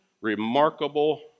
remarkable